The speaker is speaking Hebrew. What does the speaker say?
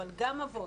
אבל גם אבות,